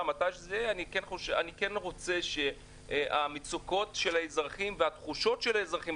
אני רוצה שהמצוקות והתחושות של האזרחים,